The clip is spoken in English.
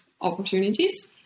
opportunities